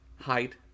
Height